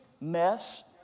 mess